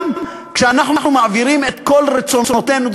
גם כשאנחנו מעבירים את כל רצונותינו,